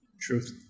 Truth